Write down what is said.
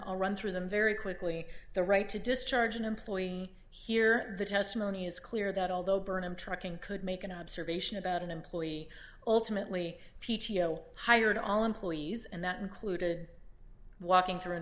all run through them very quickly the right to discharge an employee here the testimony is clear that although burnham truckin could make an observation about an employee ultimately p t o hired all employees and that included walking